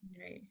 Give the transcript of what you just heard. Right